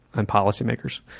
and policymakers.